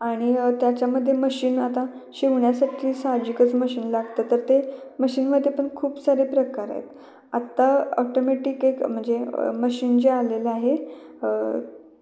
आणि त्याच्यामध्ये मशीन आता शिवण्यासाठी साहजिकच मशीन लागतं तर ते मशीनमध्ये पण खूप सारे प्रकार आहेत आत्ता ऑटोमॅटिक एक म्हणजे मशीन जे आलेलं आहे